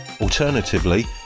Alternatively